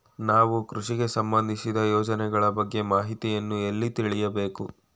ನಾವು ಕೃಷಿಗೆ ಸಂಬಂದಿಸಿದ ಯೋಜನೆಗಳ ಬಗ್ಗೆ ಮಾಹಿತಿಯನ್ನು ಎಲ್ಲಿ ತಿಳಿಯಬೇಕು?